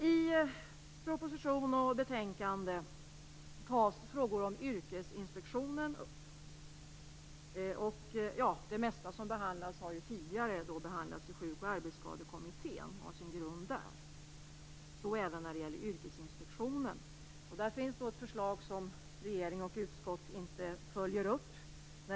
I proposition och betänkande tas frågor om Yrkesinspektionen upp. Det mesta som tas upp har tidigare behandlats i Sjuk och arbetsskadekommittén, så även frågorna om Yrkesinspektionen. Det finns förslag som regering och utskott inte följer upp.